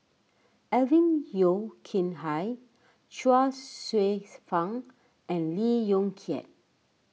Alvin Yeo Khirn Hai Chuang Hsueh Fang and Lee Yong Kiat